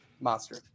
Monster